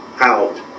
out